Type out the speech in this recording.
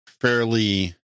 fairly